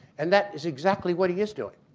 and that is exactly what he is doing.